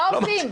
מה עושים?